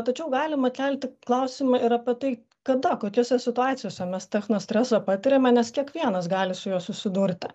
tačiau galima kelti klausimą ir apie tai kada kokiose situacijose mes techno stresą patiriame nes kiekvienas gali su juo susidurti